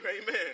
Amen